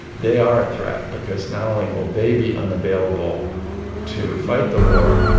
they are a threat because not only wi ll they be unavailable to fight the war,